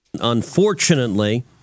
Unfortunately